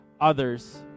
others